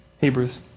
Hebrews